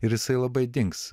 ir jisai labai dings